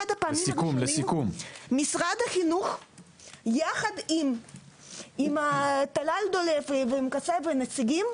משרד החינוך יחד עם טלל דולב והנציגים,